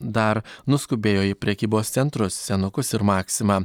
dar nuskubėjo į prekybos centrus senukus ir maksimą